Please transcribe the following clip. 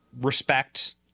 respect